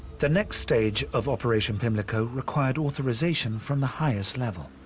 the next stage of operation pimlico required authorization from the highest level.